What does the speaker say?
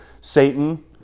Satan